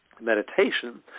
Meditation